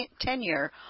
tenure